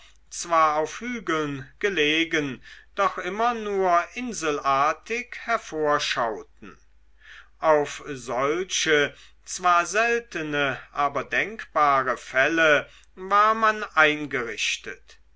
zwar auf hügeln gelegen doch immer nur inselartig hervorschauten auf solche zwar seltene aber denkbare fälle war man eingerichtet